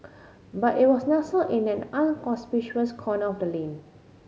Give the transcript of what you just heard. but it was nestled in an inconspicuous corner of the lane